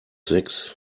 sechs